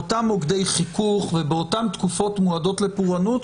באותם מוקדי חיכוך ובאותם תקופות מועדות לפורענות,